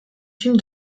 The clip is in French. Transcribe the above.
films